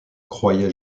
croyait